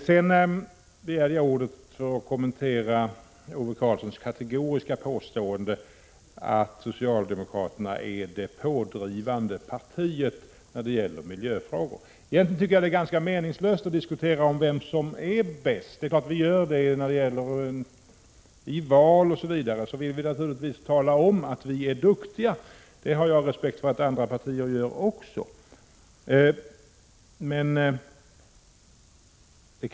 Jag begärde ordet för att kommentera Ove Karlssons kategoriska påstående att socialdemokraterna är det pådrivande partiet när det gäller miljöfrågor. Det är egentligen ganska meningslöst att diskutera vem som är bäst. Vid val m.m. vill vi naturligtvis i de olika partierna tala om att vi är duktiga — jag har respekt för att alla partier gör det.